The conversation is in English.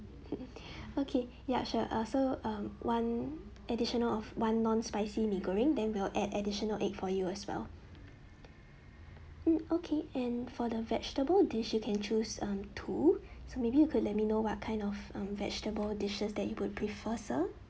okay ya sure uh so um one additional of one non spicy mee goreng then we'll add additional egg for you as well hmm okay and for the vegetable dish you can choose um two so maybe you could let me know what kind of um vegetable dishes that you would prefer sir